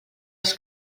els